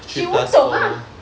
she untung ah